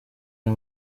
aya